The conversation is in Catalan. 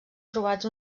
trobats